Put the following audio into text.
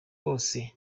bose